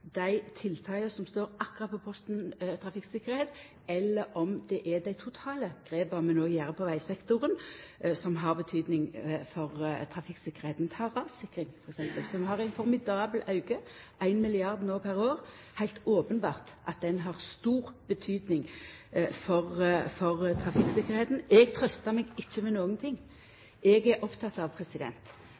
dei tiltaka som står akkurat på posten trafikktryggleik, er isolerte, eller om det er dei totale grepa vi no gjer på vegsektoren, som har betyding for trafikktryggleiken. Ta rassikring t.d., som har ein formidabel auke – 1 mrd. kr per år. Det er heilt openbert at det har stor betyding for trafikktryggleiken. Eg trøstar meg ikkje med noko. Eg er oppteken av